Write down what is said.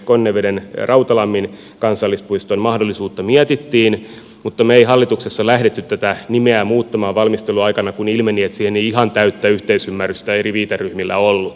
esimerkiksi mahdollisuutta konnevedenrautalammin kansallispuisto mietittiin mutta me emme hallituksessa lähteneet tätä nimeä muuttamaan valmistelun aikana kun ilmeni että siihen ei ihan täyttä yhteisymmärrystä eri viiteryhmillä ollut